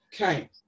Okay